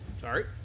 Sorry